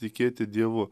tikėti dievu